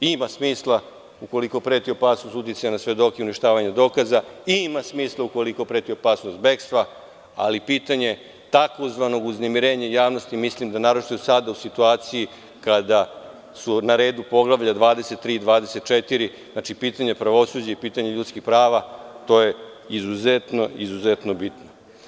Ima smisla, ukoliko preti opasnost uticaja na svedoke i uništavanje dokaza i ima smisla ukoliko preti opasnost bekstva, ali pitanje takozvanog uznemirenja javnosti, mislim da naročito sada u situaciji kada su na redu poglavlja 23. i 24, znači, pitanje pravosuđa i pitanje ljudskih prava, je izuzetno bitno.